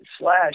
Slash